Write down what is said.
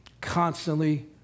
constantly